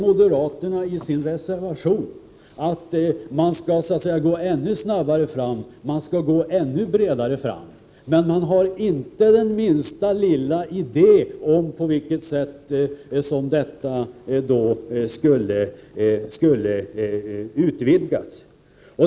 Moderaterna säger i sin reservation att man skall gå ännu snabbare och bredare fram, men de har inte den minsta lilla idé om hur detta arbete skall utvidgas.